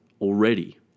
already